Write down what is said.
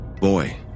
Boy